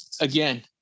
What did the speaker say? again